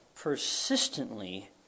persistently